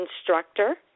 instructor